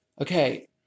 Okay